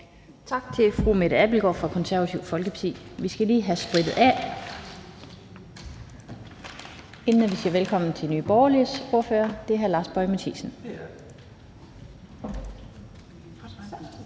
Tak til fru Mette Abildgaard fra Det Konservative Folkeparti. Vi skal lige have sprittet af, inden vi siger velkommen til Nye Borgerliges ordfører, som er hr. Lars Boje Mathiesen.